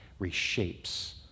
reshapes